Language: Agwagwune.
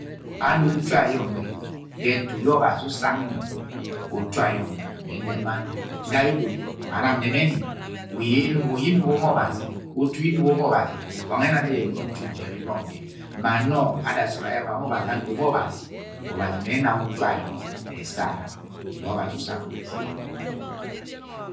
Anugo utu ayọ nwega ẹtu ye Obazi usana mọ utu ayọ nwẹ mẹ ẹnẹb ma nọ ga yẹ odo ma na nẹmeni wa enunugo ye nnugo ye nnugo ma Obazi, utu ye nnugo ma obazi, wangẹ ẹna ni jẹ nnugo utu dudu ebi mọng je. Ma nọ ade sọọd aba ma Obazi anugo ma Obazi, Obazi mẹ ẹna utu ayọ esara ne Ọbazi usọng mọ urẹ sẹ erẹ.